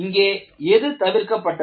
இங்கே எது தவிர்க்கப்பட்டது